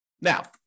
Now